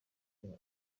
cya